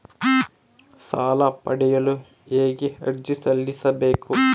ಸಾಲ ಪಡೆಯಲು ಹೇಗೆ ಅರ್ಜಿ ಸಲ್ಲಿಸಬೇಕು?